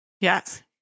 Yes